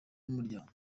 n’umuryango